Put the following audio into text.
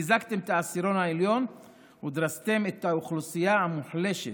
חיזקתם את העשירון העליון ודרסתם את האוכלוסייה המוחלשת.